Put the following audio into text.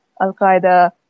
Al-Qaeda